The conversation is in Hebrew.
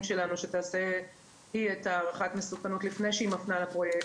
שתעשה את הערכת המסוכנות לפני שהיא מפנה לפרויקט.